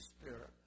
Spirit